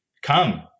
Come